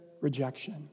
rejection